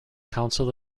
council